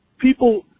people